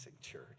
church